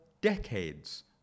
decades